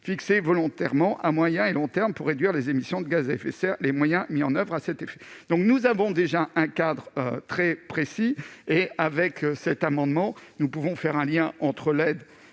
fixés volontairement à moyen et long terme pour réduire les émissions de gaz à effet de serre, ainsi que les moyens mis en oeuvre à cet effet. Nous avons déjà un cadre très précis et cet amendement peut faire un lien entre l'aide